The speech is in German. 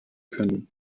können